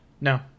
No